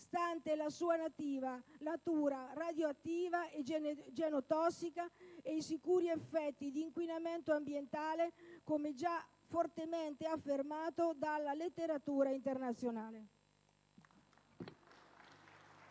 stante la sua natura radioattiva e genotossica ed i sicuri effetti di inquinamento ambientale, come già fortemente affermato dalla letteratura internazionale.